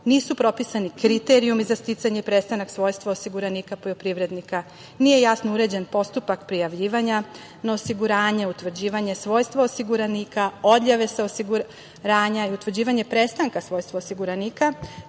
nisu propisani kriterijumi za sticanje prestanka svojstva osiguranika poljoprivrednika, nije jasno uređen postupak prijavljivanja na osiguranje, utvrđivanje svojstva osiguranika, odjave sa osiguranja, utvrđivanje prestanka svojstva osiguranika,